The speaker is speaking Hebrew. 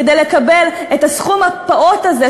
כדי לקבל את הסכום הפעוט הזה,